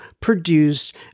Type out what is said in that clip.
produced